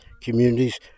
communities